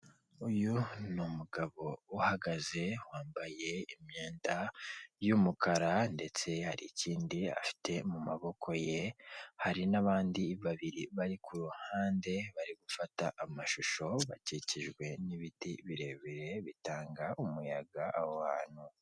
Uyu ni umugabo uhagaze wambaye imyenda y'umukara ndetse hari ikindi afite mu maboko ye hari n'abandi babiri bari kuruhande bari gufata amashusho bakikijwe n'ibiti birebire bitanga umuyaga aho hantu.